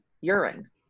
urine